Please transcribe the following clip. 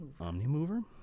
Omnimover